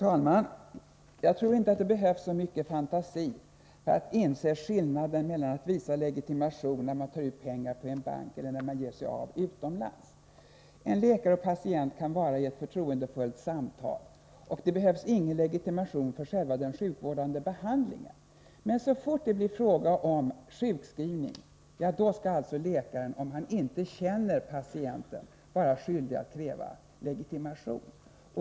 Herr talman! Jag tror inte att det behövs mycket fantasi för att inse skillnaden mellan att visa legitimation när man tar ut pengar på en bank och när man ger sig av utomlands å ena sidan och det problem vi berör nu å andra sidan. En läkare och en patient kan ha ett förtroendefullt samtal och patienten behöver inte legitimera sig för själva den sjukvårdande behandlingen. Men så fort det blir fråga om sjukskrivning skall läkaren, om han inte känner patienten, vara skyldig att kräva legitimation.